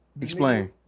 Explain